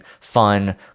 fun